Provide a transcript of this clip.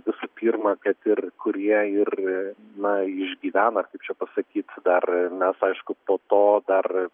visų pirma kad ir kurie ir na išgyvena ar kaip čia pasakyt dar mes aišku po to dar